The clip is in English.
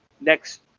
next